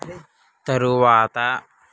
తరువాత